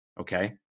Okay